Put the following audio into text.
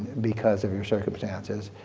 because of your circumstances,